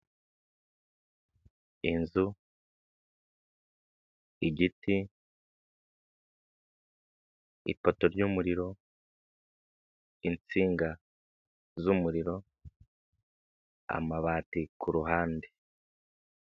Inzu, igiti, ipoto ry'umuriro, insinga z'umuriro, amabati ku ruhande.